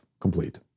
complete